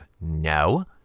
no